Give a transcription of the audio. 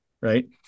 Right